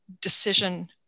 decision